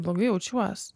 blogai jaučiuos